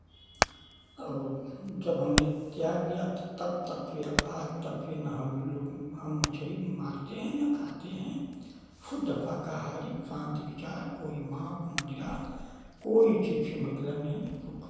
और जब हमने त्याग दिया तो तब तक से आज तक फिर ना हमलोग हम मछली मारते हैं ना खाते हैं शुद्ध शाकाहारी शांत विचार कोई मांस मदिरा कोई चीज़ से मतलब नहीं